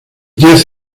diez